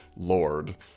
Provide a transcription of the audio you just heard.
lord